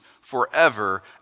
forever